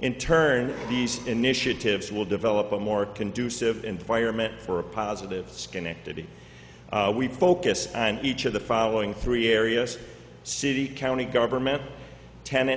in turn these initiatives will develop a more conducive environment for a positive schenectady we focus on each of the following three areas city county government ten